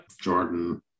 jordan